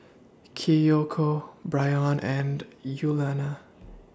Kiyoko Bryon and Yuliana